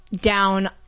down